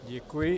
Děkuji.